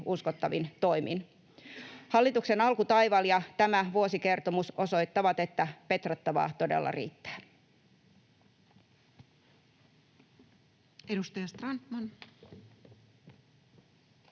uskottavin toimin. Hallituksen alkutaival ja tämä vuosikertomus osoittavat, että petrattavaa todella riittää. Edustaja Strandman.